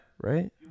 right